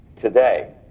today